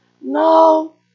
no